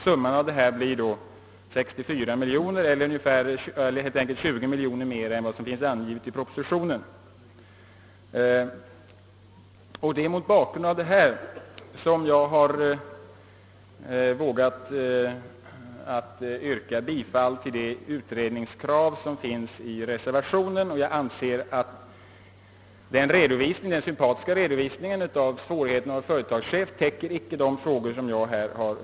Summan blir då ungefär 64 miljoner kronor eller ungefär 20 miljoner kronor mer än vad som angivits i propositionen. Det är mot denna bakgrund jag har vågat yrka bifall till det utredningskrav som framförts i reservationen. Herr Wickmans sympatiska redovisning av svårigheterna för en företagschef gav inget svar på de frågor jag har ställt.